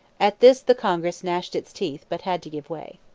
at this the congress gnashed its teeth, but had to give way.